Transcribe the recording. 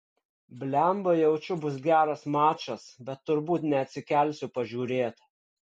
blemba jaučiu bus geras mačas bet turbūt neatsikelsiu pažiūrėt